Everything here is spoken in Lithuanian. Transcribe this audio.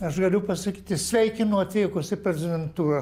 aš galiu pasakyti sveikinu atvykus į prezidentūrą